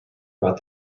about